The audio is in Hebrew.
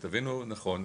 שתבינו נכון,